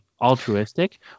altruistic